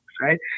right